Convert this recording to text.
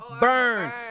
burn